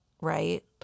Right